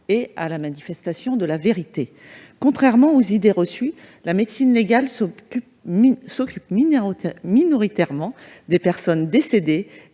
et à la manifestation de la vérité. Contrairement aux idées reçues, la médecine légale s'occupe minoritairement des personnes décédées